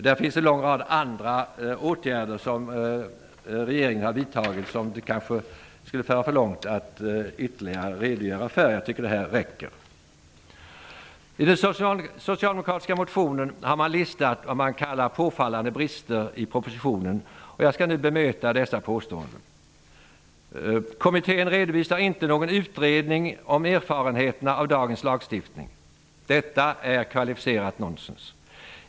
Det finns en lång rad andra åtgärder som regeringen har vidtagit som det kanske skulle föra för långt att redogöra för. Jag tycker att det här räcker. I den socialdemokratiska motionen har man listat vad man kallar påfallande brister i propositionen. Jag skall nu bemöta dessa påståenden. Kommittén redovisar inte någon utredning om erfarenheterna av dagens lagstiftning. Detta är kvalificerat nonsens.